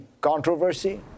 controversy